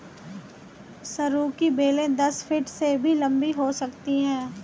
सरू की बेलें दस फीट से भी लंबी हो सकती हैं